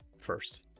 first